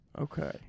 Okay